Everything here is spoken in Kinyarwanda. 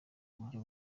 buryo